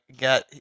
got